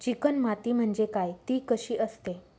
Chicken माती म्हणजे काय? ति कशी असते?